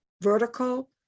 vertical